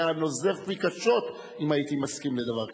היה נוזף בי קשות אם הייתי מסכים לדבר כזה.